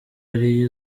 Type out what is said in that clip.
ariyo